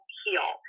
heal